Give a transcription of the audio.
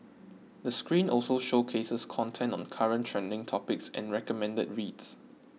the screen also showcases content on current trending topics and recommended reads